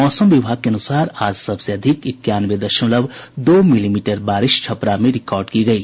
मौसम विभाग के अनुसार आज सबसे अधिक इक्यानवे दशमलव दो मिलीमीटर बारिश छपरा में रिकॉर्ड की गयी